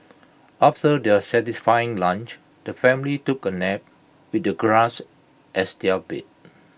after their satisfying lunch the family took A nap with the grass as their bed